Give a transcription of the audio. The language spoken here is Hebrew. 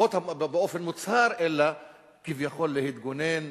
לפחות באופן מוצהר, אלא כביכול להתגונן